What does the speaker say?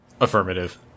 Affirmative